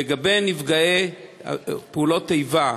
לגבי נפגעי פעולות איבה,